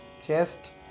chest